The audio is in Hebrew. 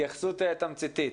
התייחסות תמציתית.